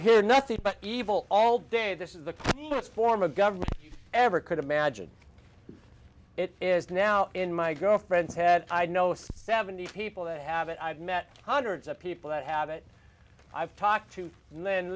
hear nothing but evil all day this is the best form of government ever could imagine it is now in my girlfriend's head i know seventy people that have it i've met hundreds of people that have it i've talked to